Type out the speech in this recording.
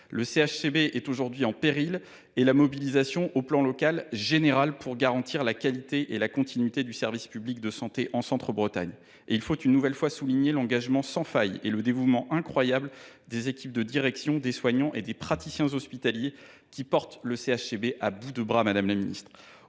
est aujourd’hui en péril et la mobilisation est générale, à l’échelon local, pour garantir la qualité et la continuité du service public de santé en Centre Bretagne. Il convient, une nouvelle fois, de souligner l’engagement sans faille et le dévouement incroyable des équipes de direction, des soignants et des praticiens hospitaliers, qui portent le CHCB à bout de bras. Madame la ministre,